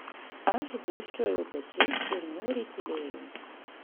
aš gūžčiojau pečiais ir niūriai tylėjau